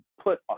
put